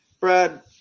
Brad